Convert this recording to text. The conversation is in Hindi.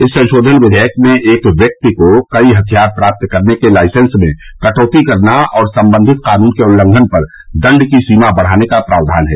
इस संशोधन विधेयक में एक व्यक्ति को कई हथियार प्राप्त करने के लाइसेंस में कटौती करना और संबंधित कानून के उल्लंघन पर दंड की सीमा बढाने का प्राक्षान है